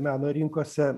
meno rinkose